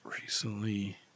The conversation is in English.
recently